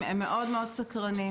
המים,